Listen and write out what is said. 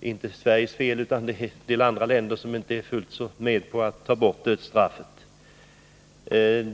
inte Sveriges fel, utan det är på en del andra håll som man inte är fullt så angelägen om att ta bort dödsstraffet.